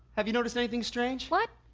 have you noticed anything strange? what?